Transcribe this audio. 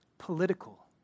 political